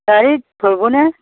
গাড়ীত ধৰিব নে